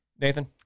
Nathan